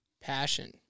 Passion